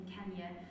Kenya